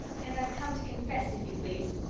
and i've come to confess, if you please.